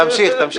תמשיך, תמשיך.